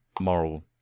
moral